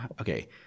okay